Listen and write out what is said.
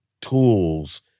tools